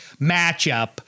matchup